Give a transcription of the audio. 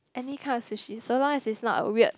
any kind of sushi so long as it's not weird